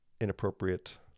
inappropriate